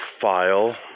file